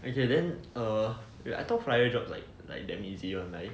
okay then err wait I thought flyer job like like damn easy